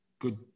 good